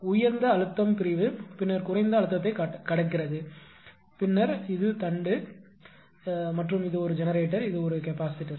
உயர்ந்த அழுத்தம் பிரிவு பின்னர் குறைந்த அழுத்தத்தைக் கடக்கிறது பின்னர் இது தண்டு மற்றும் இது ஒரு ஜெனரேட்டர் இது ஒரு கெப்பாசிட்டர்